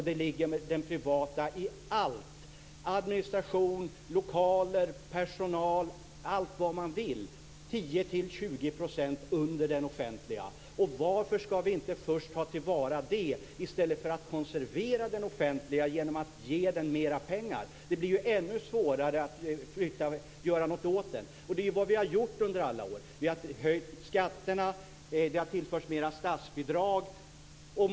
Där ligger den privata i allt - administration, lokaler, personal, allt man vill - 10-20 % under den offentliga. Varför ska vi inte först ta till vara det, i stället för att konservera den offentliga genom att ge den mer pengar. Det blir ju ännu svårare att göra något åt den. Det är ju vad vi har gjort under alla år. Vi har höjt skatterna. Det har tillförts mer statsbidrag.